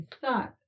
thought